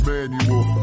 Manual